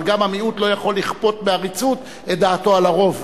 אבל גם המיעוט לא יכול לכפות בעריצות את דעתו על הרוב.